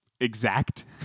exact